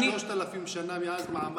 שלושת אלפים שנה מאז מעמד הר סיני.